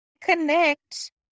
connect